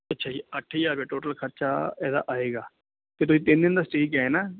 ਅੱਛਾ ਜੀ ਅੱਠ ਹਜ਼ਾਰ ਰੁਪਇਆ ਟੋਟਲ ਖਰਚਾ ਇਹਦਾ ਆਏਗਾ ਅਤੇ ਤੁਸੀਂ ਤਿੰਨ ਦਿਨ ਦਾ ਸਟੇਅ ਕਿਹਾ ਹੈ ਨਾ